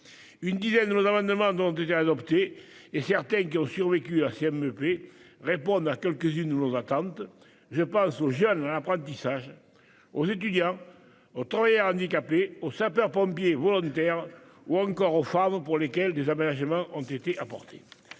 Une dizaine de nos amendements ont été adoptés, et certains, qui ont survécu à la CMP, visent à répondre à quelques-unes de nos attentes. Je pense aux jeunes en apprentissage, aux étudiants, aux travailleurs handicapés, aux sapeurs-pompiers volontaires ou encore aux femmes, pour lesquelles des aménagements ont été apportés.